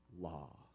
law